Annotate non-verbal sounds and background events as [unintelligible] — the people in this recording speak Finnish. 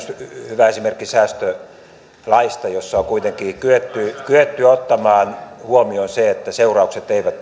hyvä esimerkki säästölaista jossa on kuitenkin kyetty ottamaan huomioon se että seuraukset eivät [unintelligible]